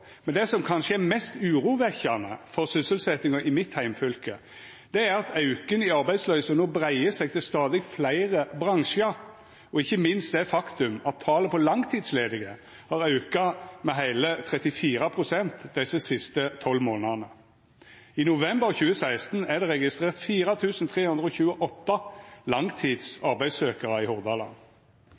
men det som kanskje er mest urovekkjande for sysselsetjinga i mitt heimfylke, er at auken i arbeidsløysa no breier seg til stadig fleire bransjar, og ikkje minst det faktum at talet på langtidsledige har auka med heile 34 pst. desse siste 12 månadene. I november 2016 er det registrert 4 328 langtids arbeidssøkjarar i